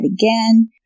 again